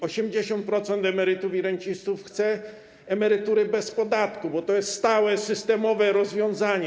80% emerytów i rencistów chce emerytury bez podatku, bo to jest stałe systemowe rozwiązanie.